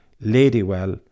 Ladywell